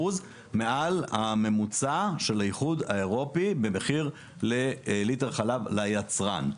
מעל הממוצע של האיחוד האירופי במחיר לליטר חלב ליצרן.